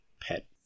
pet